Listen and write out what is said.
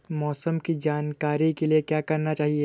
मौसम की जानकारी के लिए क्या करना चाहिए?